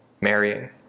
marrying